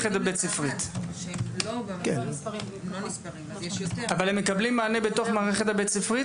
אבל הם מקבלים מענה במערכת הבית ספרית?